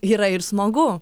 yra ir smagu